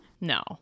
No